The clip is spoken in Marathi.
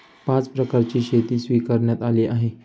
पाच प्रकारची शेती स्वीकारण्यात आली आहे